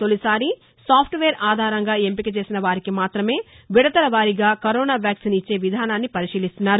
తొలిసారి సాఫ్ల్వేర్ ఆధారంగా ఎంపిక చేసిన వారికి మాత్రమే విడతల వారీగా కరోనా వ్యాక్సిన్ ఇచ్చే విధానాన్ని పరిశీలిస్తున్నారు